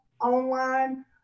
online